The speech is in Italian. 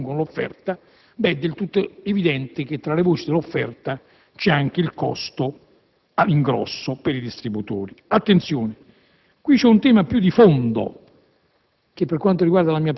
tutte le voci che compongono l'offerta (...)», è del tutto evidente che tra queste voci sia incluso anche il costo all'ingrosso per i distributori. Attenzione. Qui c'è un tema più di fondo,